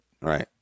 Right